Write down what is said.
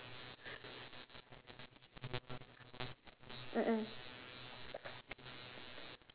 mmhmm